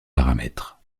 paramètres